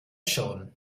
schon